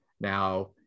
Now